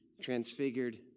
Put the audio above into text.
transfigured